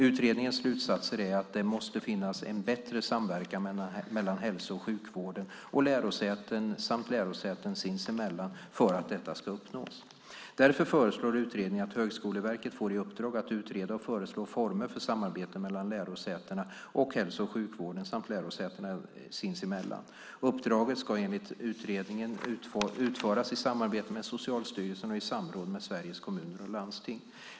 Utredningens slutsats är att det måste finnas en bättre samverkan mellan hälso och sjukvården och lärosäten samt lärosäten sinsemellan för att detta ska uppnås. Därför föreslår utredningen att Högskoleverket får i uppdrag att utreda och föreslå former för samarbete mellan lärosätena och hälso och sjukvården samt lärosätena sinsemellan. Uppdraget ska enligt utredningen utföras i samarbete med Socialstyrelsen och i samråd med Sveriges Kommuner och Landsting.